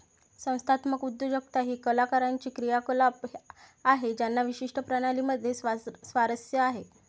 संस्थात्मक उद्योजकता ही कलाकारांची क्रियाकलाप आहे ज्यांना विशिष्ट प्रणाली मध्ये स्वारस्य आहे